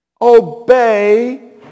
Obey